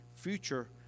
Future